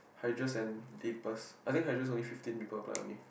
hydras and I think hydras only fifteen people apply only